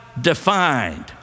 defined